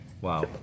Wow